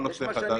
זה לא נושא חדש.